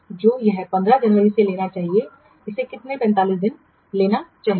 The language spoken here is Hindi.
तो यह 15 जनवरी से लेना चाहिए इसे कितने 45 दिनों तक लेना चाहिए